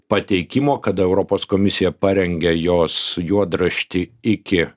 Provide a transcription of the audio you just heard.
pateikimo kada europos komisija parengė jos juodraštį iki